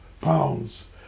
pounds